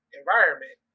environment